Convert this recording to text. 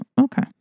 okay